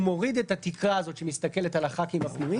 הוא מוריד את התקרה הזאת שמסתכלת על חברי הכנסת הפנויים